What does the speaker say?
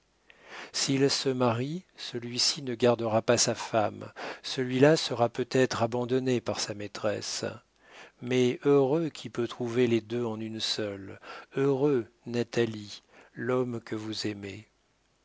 s'il se marie celui-ci ne gardera pas sa femme celui-là sera peut-être abandonné par sa maîtresse mais heureux qui peut trouver les deux en une seule heureux natalie l'homme que vous aimez